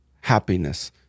happiness